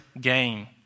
gain